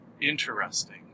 Interesting